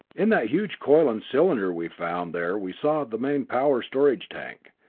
in that huge coil and cylinder we found there we saw the main power storage tank.